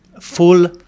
full